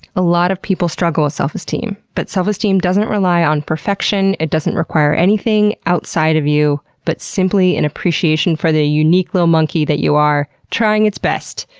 a lot of people struggle with self-esteem. but self-esteem doesn't rely on perfection, it doesn't require anything outside of you, but simply an appreciation for the unique little monkey that you are, trying its best.